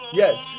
yes